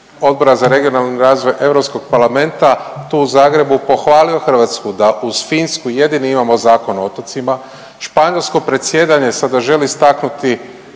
Odbora za regionalni razvoj europskog parlamenta tu u Zagrebu pohvalio Hrvatsku da uz Finsku jedini imamo Zakon o otocima. Španjolsko predsjedanje sada želi istaknuti